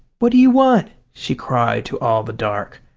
what do you want? she cried to all the dark.